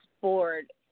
board